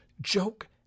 Joke